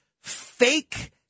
fake